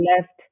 left